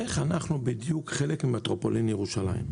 איך אנחנו בדיוק חלק ממטרופולין ירושלים?